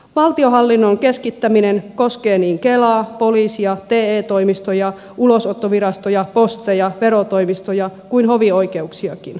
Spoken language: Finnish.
valtionhallinnon keskittäminen koskee niin kelaa poliisia te toimistoja ulosottovirastoja posteja verotoimistoja kuin hovioikeuksiakin